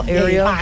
area